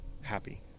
happy